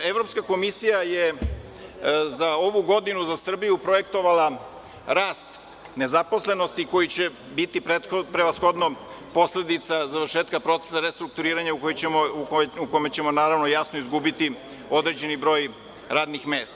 Evropska komisija je za ovu godinu za Srbiju projektovala rast nezaposlenosti koji će biti prevashodno posledica završetka procesa restrukturiranja, u kome ćemo jasno izgubiti određeni broj radnih mesta.